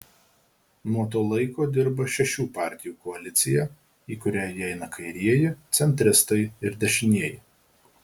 nuo to laiko dirba šešių partijų koalicija į kurią įeina kairieji centristai ir dešinieji